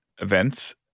events